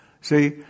See